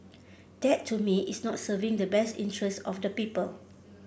that to me is not serving the best interests of the people